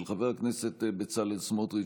של חבר הכנסת בצלאל סמוטריץ',